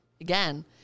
again